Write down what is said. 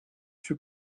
fut